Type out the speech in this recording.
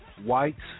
White's